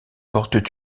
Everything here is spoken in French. portent